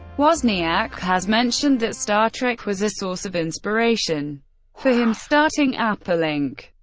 wozniak has mentioned that star trek was a source of inspiration for him starting apple inc.